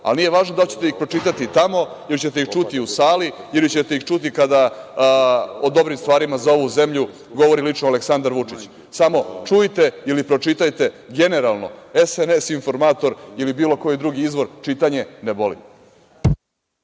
Ali, nije važno da li ćete ih pročitati tamo, ili ćete ih čuti u sali, ili ćete ih čuti kada o dobrim stvarima za ovu zemlju govori lično Aleksandar Vučić. Samo čujte ili pročitajte, generalno, SNS informator ili bilo koji drugi izvor, čitanje ne boli.